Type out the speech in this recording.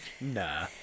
Nah